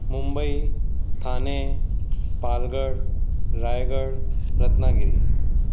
Mumbai Thane Palghar Raigad Ratnagiri